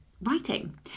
writing